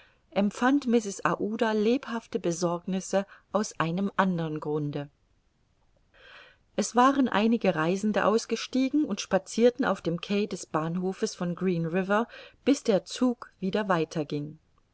empfand mrs aouda lebhafte besorgnisse aus einem andern grunde es waren einige reisende ausgestiegen und spazierten auf dem quai des bahnhofes von green river bis der zug wieder weiter